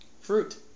fruit